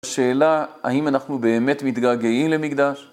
שאלה, האם אנחנו באמת מתגעגעים למקדש?